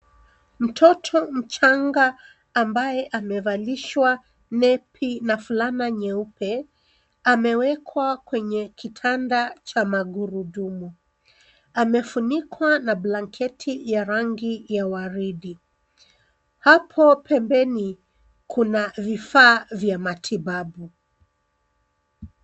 Mtoto mchanga ambaye amevalishwa nepi na fulana nyeupe amewekwa kwenye kitanda cha magurudumu. Amefunikwa na blanketi ya rangi ya waridi. Hapo pembeni kuna vifaa vya matibabu.